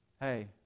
hey